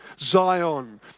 Zion